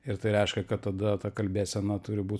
ir tai reiškia kad tada ta kalbėsena turi būt